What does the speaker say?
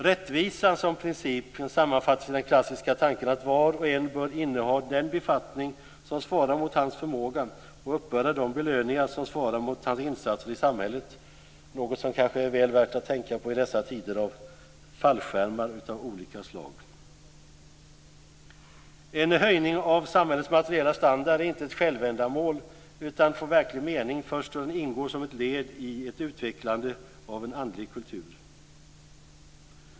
Rättvisan som princip kan sammanfattas med den klassiska tanken att var och en bör inneha den befattning som svarar mot hans förmåga och uppbära de belöningar som svarar mot hans insatser i samhället. Något som kanske är väl värt att tänka på i dessa tider av fallskärmar av olika slag. En höjning av samhällets materiella standard är inte ett självändamål, utan får verklig mening först då den ingår som ett led i ett utvecklande av en andlig kultur.